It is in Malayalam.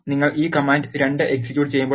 നിങ്ങൾ ഈ കമാൻഡ് 2 എക്സിക്യൂട്ട് ചെയ്യുമ്പോൾ